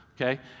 Okay